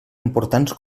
importants